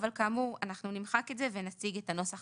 אבל כאמור אנחנו נמחק את זה ונציג את הנוסח